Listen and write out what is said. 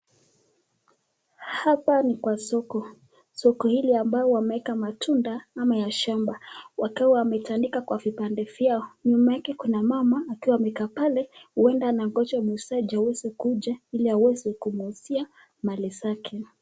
Hapa ni kwa soko, Soko hili ambao wameeka matunda ama ya shamba wake hao wametandika kwa vibande vyao, Nyuma yake kuna mama akiwa amekaa pale huenda anangoja muuzaji aweze kuja ili aweze kumwuzia mali zake.